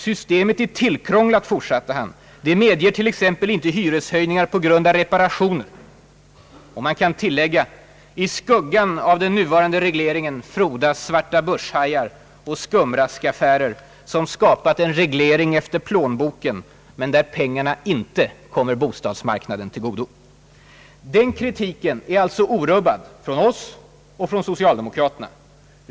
Systemet är tillkrånglat, det medger t.ex. inte hyreshöjningar på grund av reparationer, fortsatte han. Och man kan tillägga: i skuggan av den nuvarande regleringen frodas svartabörshajar och skumraskaffärer som skapat en reglering efter plånboken men där pengarna inte kommer bostadsmarknaden till godo. Den kritiken är alltså orubbad — från oss och från socialdemokraterna.